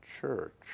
church